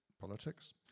politics